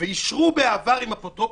בעבר אישרו להשאיר אותם עם אפוטרופוס.